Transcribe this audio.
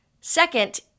Second